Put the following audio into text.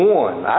one